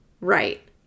Right